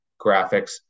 graphics